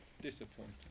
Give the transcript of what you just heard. Disappointing